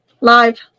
Live